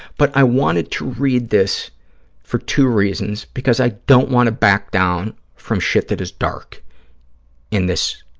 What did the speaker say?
but i wanted to read this for two reasons, because i don't want to back down from shit that is dark in this,